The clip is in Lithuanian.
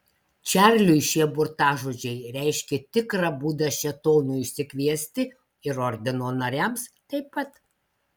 čarliui šie burtažodžiai reiškė tikrą būdą šėtonui išsikviesti ir ordino nariams taip pat